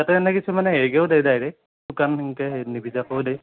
তাতে এনে কিছুমানে হেৰিকেও দিয়ে ডাইৰেক্ট শুকান হেনেকৈ নিভিজাকৈও দিয়ে